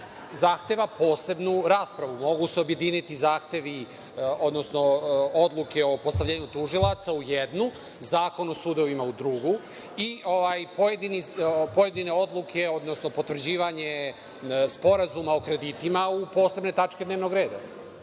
zahteva posebnu raspravu. Mogu se objediniti zahtevi, odnosno odluke o postavljenju tužilaca u jednu, Zakon o sudovima u drugu i pojedine odluke, odnosno potvrđivanje sporazuma o kreditima u posebne tačke dnevnog reda. Ovako